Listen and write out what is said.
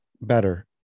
better